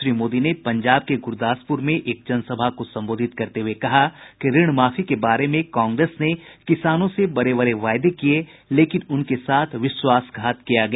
श्री मोदी ने पंजाब के गुरदासपुर में एक जनसभा को संबोधित करते हुए कहा कि ऋण माफी के बारे में कांग्रेस ने किसानों से बड़े बड़े वायदे किये लेकिन उनके साथ विश्वासघात किया गया